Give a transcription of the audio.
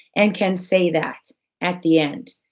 and can say that at the end.